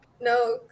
No